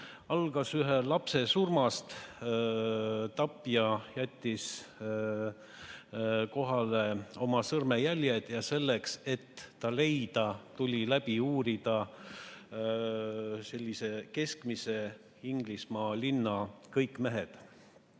algas ühe lapse surmast. Tapja jättis maha oma sõrmejäljed ja selleks, et teda leida, tuli läbi uurida keskmise Inglismaa linna kõik mehed.